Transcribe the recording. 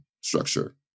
structure